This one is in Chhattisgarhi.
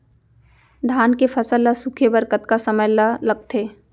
धान के फसल ल सूखे बर कतका समय ल लगथे?